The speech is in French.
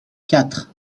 quatre